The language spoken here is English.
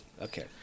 Okay